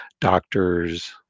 doctors